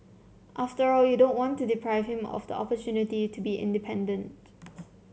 after all you don't want to deprive him of the opportunity to be independent